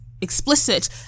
explicit